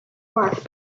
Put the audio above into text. work